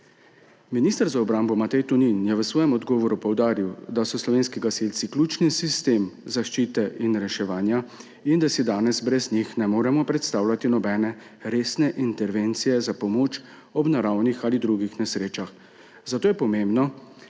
Minister za obrambo Matej Tonin je v svojem odgovoru poudaril, da so slovenski gasilci ključni sistem zaščite in reševanja in da si danes brez njih ne moremo predstavljati nobene resne intervencije za pomoč ob naravnih ali drugih nesrečah, zato je pomembno,